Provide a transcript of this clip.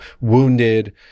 wounded